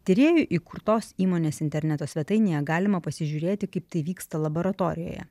tyrėjų įkurtos įmonės interneto svetainėje galima pasižiūrėti kaip tai vyksta laboratorijoje